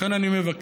לכן אני מבקש